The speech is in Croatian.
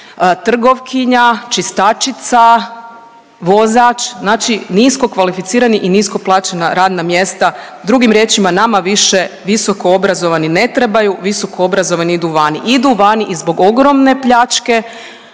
trgovkinja, čistačica, vozač, znači niskokvalificirani i nisko plaćena radna mjesta. Drugim riječima, nama više visokoobrazovani ne trebaju, visokoobrazovani idu vani, idu vani i zbog ogromne pljačke